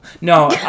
no